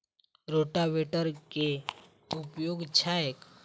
रोटावेटरक केँ उपयोग छैक?